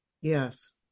Yes